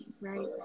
right